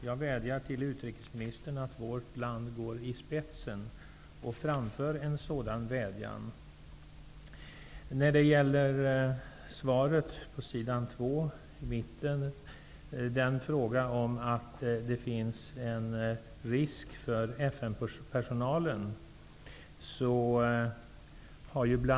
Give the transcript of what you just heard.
Jag vädjar till utrikesministern att vårt land går i spetsen och framför en sådan vädjan. Det talas i svaret om att det finns risker för FN personalen.